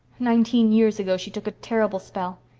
nineteen years ago she took a terrible spell.